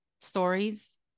stories